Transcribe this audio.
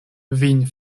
vin